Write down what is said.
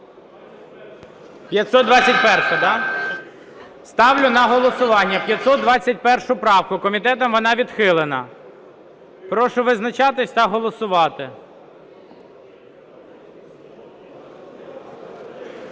521-а, да? Ставлю на голосування 521 правку, комітетом вона відхилена. Прошу визначатися та голосувати.